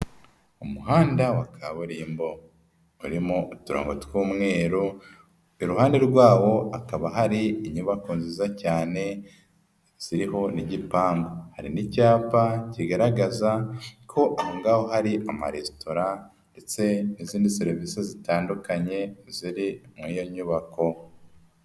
Umuhanda wa kaburimbo urimo uturango tw'umweru, iruhande rwawo hakaba hari inyubako nziza cyane ziriho n'igipangu, hari n'icyapa kigaragaza ko aho ngaho hari amaresitora, ndetse n'izindi serivisi zitandukanye ziri mu iyo nyubako.